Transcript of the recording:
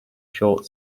short